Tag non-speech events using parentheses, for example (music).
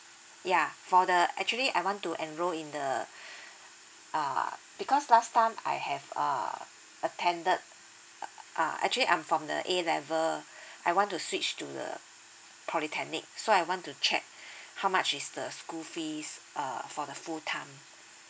yeah for the actually I want to enroll in the (breath) err because last time I have err attended uh actually I'm from the A level I want to switch to the polytechnic so I want to check how much is the school fees err for the full time